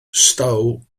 stow